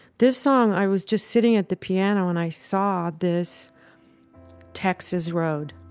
this song, i was just sitting at the piano and i saw this texas road